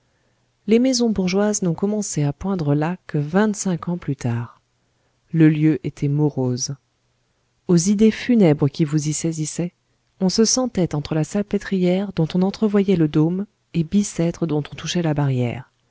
les maisons bourgeoises n'ont commencé à poindre là que vingt-cinq ans plus tard le lieu était morose aux idées funèbres qui vous y saisissaient on se sentait entre la salpêtrière dont on entrevoyait le dôme et bicêtre dont on touchait la barrière